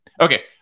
Okay